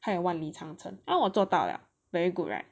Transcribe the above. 还有万里长城然后我做到 liao very good right